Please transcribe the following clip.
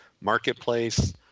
Marketplace